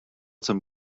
some